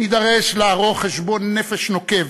נידרש לערוך חשבון נפש נוקב